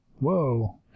Whoa